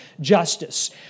justice